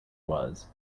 was